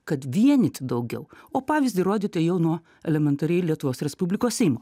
kad vienyti daugiau o pavyzdį rodyti jau nuo elementariai lietuvos respublikos seimo